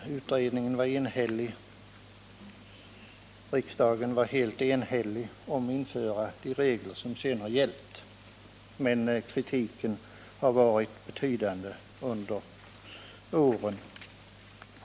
Både utredningen och riksdagen var helt eniga om att införa de regler som sedan har gällt, men kritiken har varit betydande under åren.